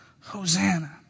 Hosanna